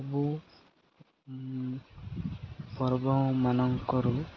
ସବୁ ପର୍ବମାନଙ୍କରୁ